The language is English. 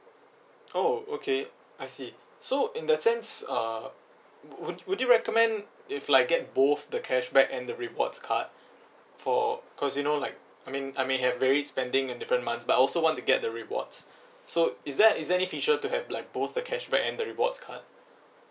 oh okay I see so in that sense uh would would you recommend if like get both the cashback and the rewards card for cause you know like I mean I may have varied spending in different months but I also want to get the rewards so is there is there any feature to have like both the cashback and the rewards card